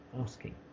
asking